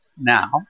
now